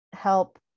help